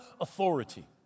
authority